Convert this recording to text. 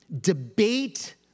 debate